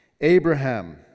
Abraham